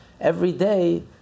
everyday